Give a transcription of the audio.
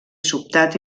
sobtat